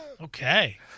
Okay